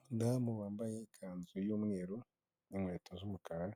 Umudamu wambaye ikanzu y'umweru, n'inkweto z'umukara,